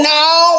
now